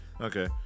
Okay